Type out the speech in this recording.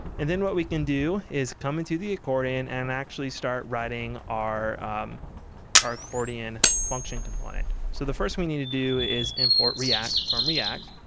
and then what we can do is come into the accordion and actually start writing our our accordion function component. so the first we need to do is import react from react